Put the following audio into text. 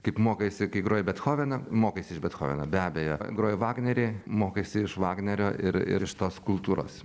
kaip mokaisi kai groji bethoveną mokaisi iš bethoveno be abejo groji vagnerį mokaisi iš vagnerio ir ir iš tos kultūros